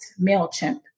MailChimp